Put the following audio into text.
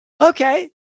Okay